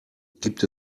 gibt